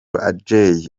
adjei